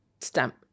stamp